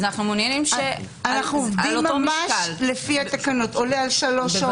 אנחנו עובדים ממש לפי התקנות האלה: עולה על שלוש שעות,